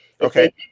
Okay